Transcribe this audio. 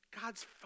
God's